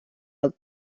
old